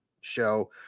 show